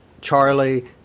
Charlie